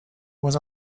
was